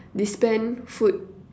dispense food